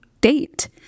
date